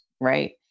Right